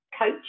coach